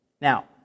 Now